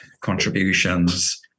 contributions